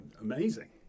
amazing